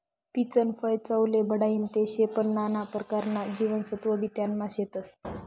पीचनं फय चवले बढाईनं ते शे पन नाना परकारना जीवनसत्वबी त्यानामा शेतस